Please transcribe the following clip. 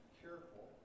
careful